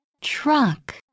Truck